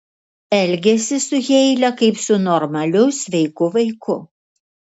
elgiasi su heile kaip su normaliu sveiku vaiku